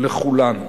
לכולנו.